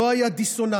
לא היה דיסוננס.